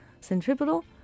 Centripetal